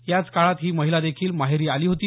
याचकाळात ही महिलादेखील माहेरी आली होती